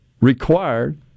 required